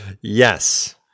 Yes